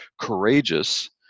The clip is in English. courageous